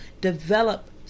develop